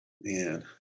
Man